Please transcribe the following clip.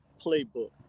playbook